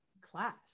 class